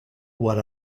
what